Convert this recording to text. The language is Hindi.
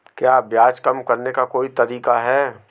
क्या ब्याज कम करने का कोई तरीका है?